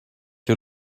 you